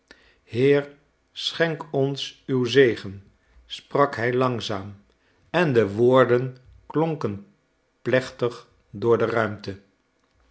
heer schenk ons uwen zegen sprak hij langzaam en de woorden klonken plechtig door de ruimte